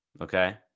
okay